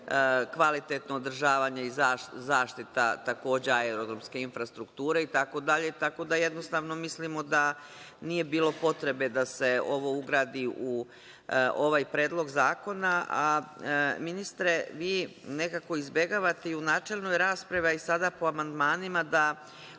kvalitetno održavanje i zaštita, takođe je aerodromske infrastrukture itd. Tako da jednostavno mislimo da nije bilo potrebe da se ovo ugradi u ovaj predlog zakona. Ministre, vi nekako izbegavate i u načelnoj raspravi, a i sada po amandmanima da